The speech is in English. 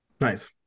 nice